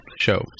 show